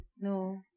No